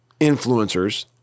influencers